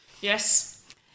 yes